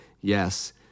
yes